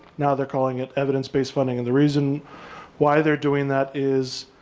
now they're calling it evidence-based funding and the reason why they're doing that is,